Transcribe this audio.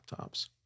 laptops